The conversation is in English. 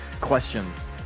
questions